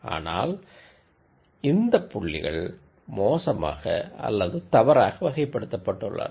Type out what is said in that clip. ஆனால் இந்தப் பாயிண்ட்டுகள் மோசமாக அல்லது தவறாக கிளாஸ்ஸிஃபை செய்யப்பட்டுள்ளன